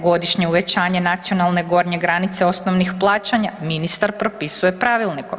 Godišnje uvećanje nacionalne gornje granice osnovnih plaćanja ministar propisuje pravilnikom“